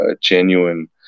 genuine